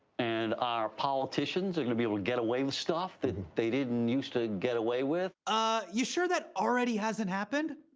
and our politicians are going to be able to get away with stuff that they didn't used to get away with. ah you sure that already hasn't happened?